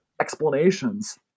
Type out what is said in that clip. explanations